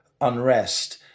unrest